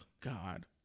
god